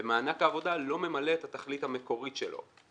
ומענק העבודה לא ממלא את התכלית המקורית שלו.